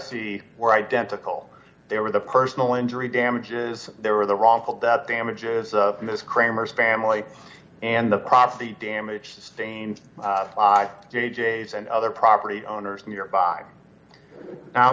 c were identical there was a personal injury damages there were the wrongful death damages in this kramer's family and the property damage sustained by jay jay's and other property owners nearby